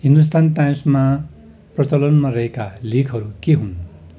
हिन्दुस्थान टाइम्समा प्रचलनमा रहेका लेखहरू के हुन्